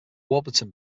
warburton